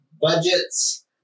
budgets